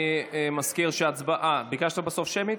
אני מזכיר שההצבעה, ביקשת בסוף שמית?